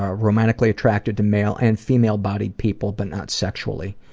ah romantically attracted to male and female-bodied people, but not sexually.